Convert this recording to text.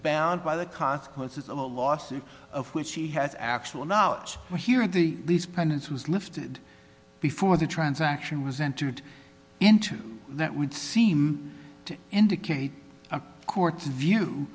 bound by the consequences of a lawsuit of which he has actual knowledge or hearing the lease payments was lifted before the transaction was entered into that would seem to indicate a court view